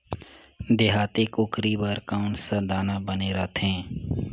देहाती कुकरी बर कौन सा दाना बने रथे?